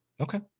Okay